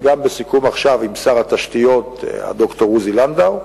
וגם בסיכום עכשיו עם שר התשתיות ד"ר עוזי לנדאו.